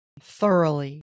thoroughly